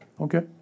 Okay